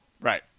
right